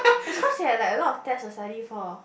it's cause you have like quite a lot of test to study for